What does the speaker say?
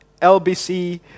LBC